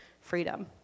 freedom